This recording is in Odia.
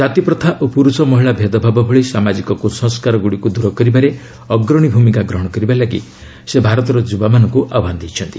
ଜାତିପ୍ରଥା ଓ ପୁରୁଷ ମହିଳା ଭେଦଭାବ ଭଳି ସାମାଜିକ କୁସଂସ୍କାର ଗୁଡ଼ିକୁ ଦୂର କରିବାରେ ଅଗ୍ରଣୀ ଭୂମିକା ଗ୍ରହଣ କରିବାକୁ ସେ ଭାରତର ଯୁବାମାନଙ୍କୁ ଆହ୍ୱାନ ଦେଇଛନ୍ତି